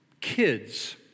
kids